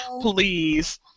Please